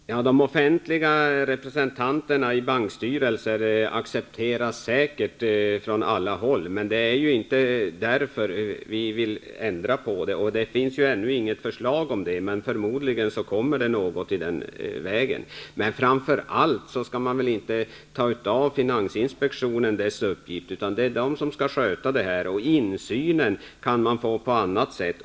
Herr talman! Det offentligas representanter i bankstyrelser accepteras säkert från alla håll. Det är inte därför som vi vill ändra reglerna. Det finns ännu inget förslag, men förmodligen kommer det något i den vägen. Framför allt skall man inte ta ifrån finansinspektionen dess uppgift, utan den skall sköta kontrollen. Insyn kan man få på annat sätt.